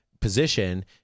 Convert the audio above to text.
position